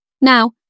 Now